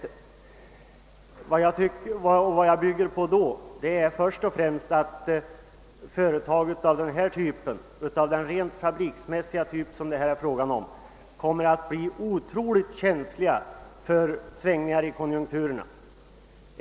Denna min uppfattning bygger jag först och främst på att sådana rent fabriksmässiga företag som det här gäller blir oerhört känsliga för svängningar i konjunkturerna.